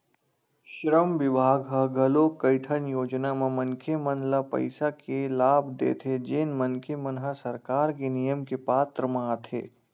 श्रम बिभाग ह घलोक कइठन योजना म मनखे मन ल पइसा के लाभ देथे जेन मनखे मन ह सरकार के नियम के पात्र म आथे